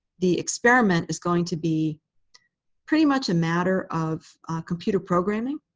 the experiment is going to be pretty much a matter of computer programming.